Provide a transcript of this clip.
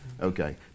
Okay